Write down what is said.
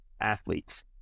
athletes